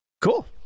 Cool